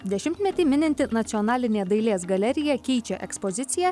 dešimtmetį mininti nacionalinė dailės galerija keičia ekspoziciją